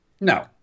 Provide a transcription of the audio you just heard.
No